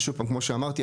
כמו שאמרתי,